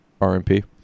RMP